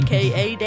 aka